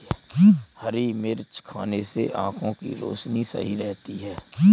हरी मिर्च खाने से आँखों की रोशनी सही रहती है